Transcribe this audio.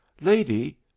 Lady